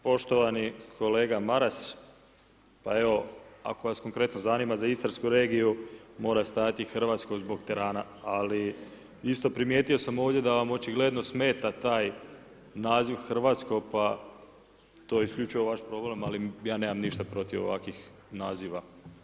Poštovani kolega Maras, pa evo ako vas konkretno zanima za Istarsku regiju mora stajati hrvatsko zbog ... Ali isto primijetio sam ovdje da vam očigledno smeta taj naziv hrvatsko pa to je isključivo vaš problem ali ja nemam ništa protiv ovakvih naziva.